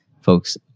folks